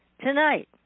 tonight